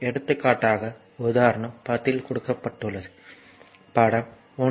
எடுத்துக்காட்டாக உதாரணம் 10 கொடுக்கப்பட்டுள்ளது படம் 1